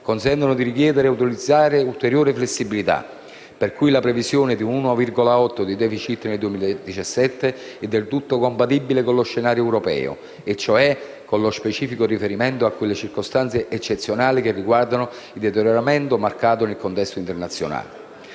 consente di richiedere e utilizzare ulteriore flessibilità, per cui la previsione di un 1,8 per cento di *deficit* nel 2017 è del tutto compatibile con lo scenario europeo e cioè con lo specifico riferimento a quelle circostanze eccezionali che riguardano il deterioramento marcato del contesto internazionale.